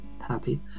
happy